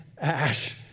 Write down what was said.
ash